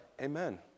Amen